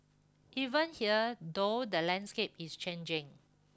even here though the landscape is changing